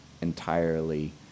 entirely